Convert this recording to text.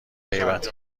غیبت